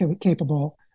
capable